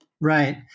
Right